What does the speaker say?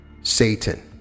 Satan